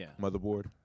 motherboard